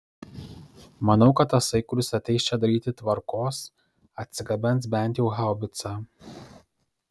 manau kad tasai kuris ateis čia daryti tvarkos atsigabens bent jau haubicą